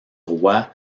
roi